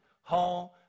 home